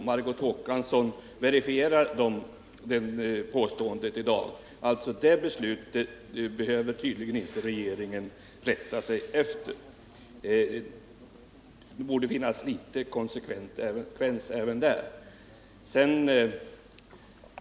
Margot Håkansson verifierar det påståendet i dag, så det beslutet behöver regeringen tydligen inte rätta sig efter. — Det borde finnas någon konsekvens även där.